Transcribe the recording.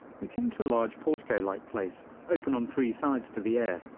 we came to a large portico-like place open on three sides to the air,